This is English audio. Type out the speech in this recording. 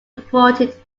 reported